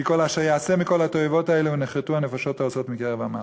כי כל אשר יעשה מכל התועבת האלה ונכרתו הנפשות העושת מקרב עמם".